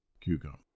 cucumber